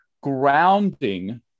grounding